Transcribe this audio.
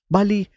Bali